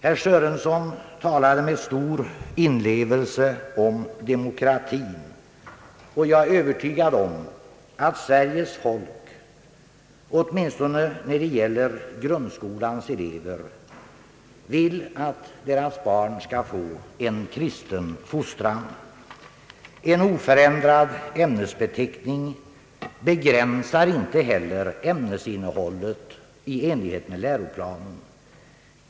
Herr Sörenson talade med stor inlevelse om demokratin. Jag är övertygad om att Sveriges folk, åtminstone när det gäller grundskolans elever, vill att deras barn skall få en kristen fostran. En oförändrad ämnesbeteckning begränsar inte heller ämnesinnehållet i enlighet med läroplanen.